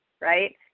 right